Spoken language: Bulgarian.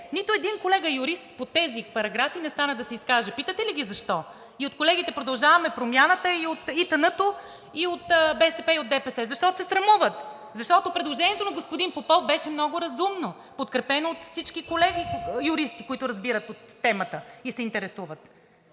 нито един колега юрист по тези параграфи не стана да се изкаже. Питате ли ги защо? И колегите от „Продължаваме Промяната“, и от „Има такъв народ“, и от БСП, и от ДПС защо се срамуват? Защото предложението на господин Попов беше много разумно, подкрепено от всички колеги юристи, които разбират от темата и се интересуват.